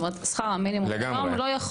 זאת אומרת, שכר המינימום היום לא יכול